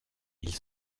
ils